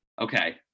Okay